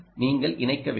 நீங்கள் இணைக்க வேண்டும்